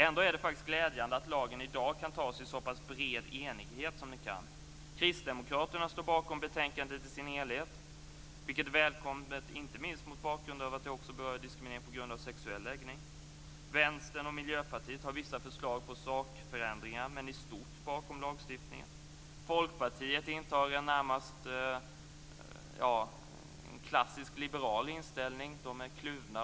Ändå är det glädjande att lagen i dag kan antas i så pass bred enighet som nu kommer att ske. Kristdemokraterna står bakom betänkandet i dess helhet, vilket är välkommet inte minst mot bakgrund av att det också berör diskriminering på grund av sexuell läggning. Vänstern och Miljöpartiet har vissa förslag på sakförändringar men står i stort bakom lagstiftningen. Folkpartiet intar en klassisk liberal inställning. De är kluvna.